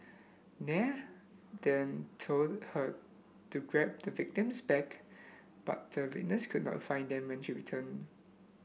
Nair then told her to grab the victim's bag but the witness could not find them when she returned